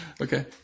Okay